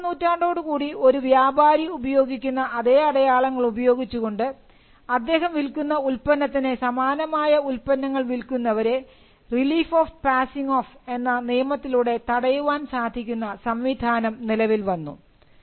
പത്തൊമ്പതാം നൂറ്റാണ്ടോടുകൂടി ഒരു വ്യാപാരി ഉപയോഗിക്കുന്ന അതേ അടയാളങ്ങൾ ഉപയോഗിച്ചുകൊണ്ട് അദ്ദേഹം വിൽക്കുന്ന ഉൽപ്പന്നത്തിന് സമാനമായ ഉൽപ്പന്നങ്ങൾ വിൽക്കുന്നവരെ റിലീഫ് ഓഫ് പാസിംഗ് ഓഫ് എന്ന നിയമത്തിലൂടെ തടയുവാൻ സാധിക്കുന്ന സംവിധാനം നിലവിൽ വന്നു